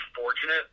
fortunate